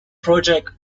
project